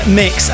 mix